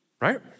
right